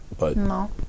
No